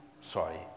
Sorry